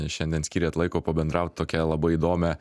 šiandien skyrėt laiko pabendraut tokia labai įdomia